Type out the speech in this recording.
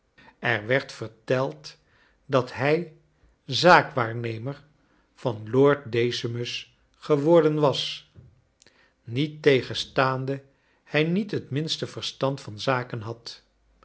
er werd verteld dat hij zaakwaarnemer van lord decimus geworden was niettegenstaande hij niet het minste verstand van zaken had